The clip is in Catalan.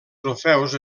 trofeus